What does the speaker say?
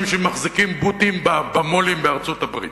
שמחזיקים "בוטים" ב"מולים" בארצות-הברית.